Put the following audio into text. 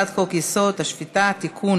הצעת חוק-יסוד: השפיטה (תיקון,